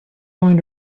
going